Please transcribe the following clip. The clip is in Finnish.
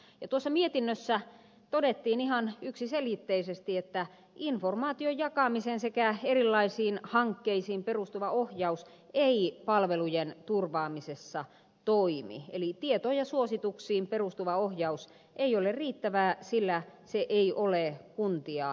tuossa mietinnössä todettiin ihan yksiselitteisesti että informaation jakamiseen sekä erilaisiin hankkeisiin perustuva ohjaus ei palvelujen turvaamisessa toimi eli tietoon ja suosituksiin perustuva ohjaus ei ole riittävää sillä se ei ole kuntia sitovaa